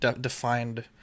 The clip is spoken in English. defined